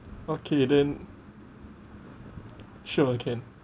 okay then sure can